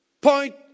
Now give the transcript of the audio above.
point